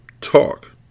Talk